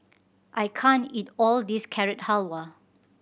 I can't eat all this Carrot Halwa